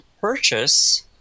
purchase